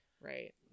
Right